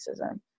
racism